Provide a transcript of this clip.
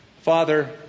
Father